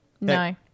No